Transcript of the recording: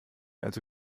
also